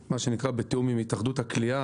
מה שנקרא בתיאום עם התאחדות הקליעה,